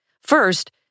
First